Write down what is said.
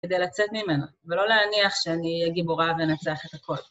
כדי לצאת ממנה, ולא להניח שאני אהיה גיבורה ואנצח את הכול.